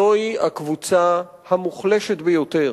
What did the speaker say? זוהי הקבוצה המוחלשת ביותר